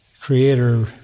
Creator